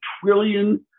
trillion